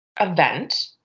event